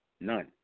None